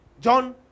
John